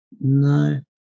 No